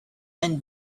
and